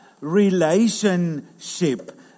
relationship